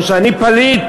או שאני פליט,